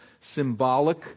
symbolic